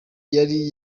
yari